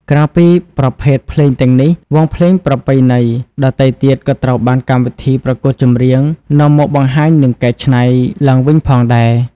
ក្រៅពីប្រភេទភ្លេងទាំងនេះ វង់ភ្លេងប្រពៃណីដទៃទៀតក៏ត្រូវបានកម្មវិធីប្រកួតចម្រៀងនាំមកបង្ហាញនិងកែច្នៃឡើងវិញផងដែរ